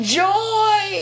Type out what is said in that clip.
joy